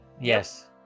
Yes